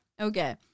Okay